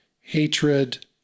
hatred